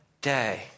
day